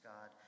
God